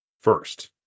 first